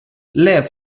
lev